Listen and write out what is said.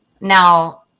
Now